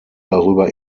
darüber